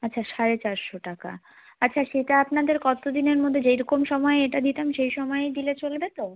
আচ্ছা সাড়ে চারশো টাকা আচ্ছা সেটা আপনাদের কতদিনের মধ্যে যেই রকম সময়ে এটা দিতাম সেই সময়েই দিলে চলবে তো